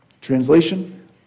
Translation